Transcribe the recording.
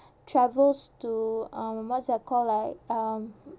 travels to um what's that called like um